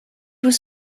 was